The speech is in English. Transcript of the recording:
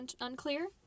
unclear